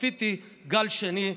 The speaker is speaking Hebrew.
צפיתי גל שני,